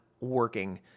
working